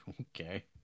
Okay